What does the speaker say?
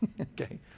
okay